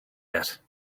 yet